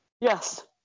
Yes